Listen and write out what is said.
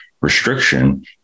restriction